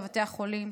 בבתי החולים.